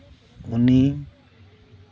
ᱩᱱᱤ